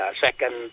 second